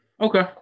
Okay